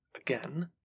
again